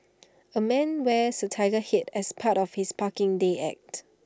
A man wears A Tiger Head as part of his parking day act